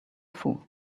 fool